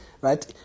right